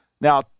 Now